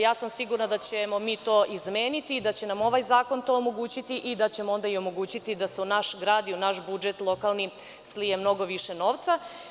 Ja sam sigurna da ćemo mi to izmeniti i da će nam ovaj zakon to omogućiti i da ćemo onda i omogućiti da se u naš grad i u naš budžet lokalni slije mnogo više novca.